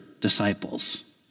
disciples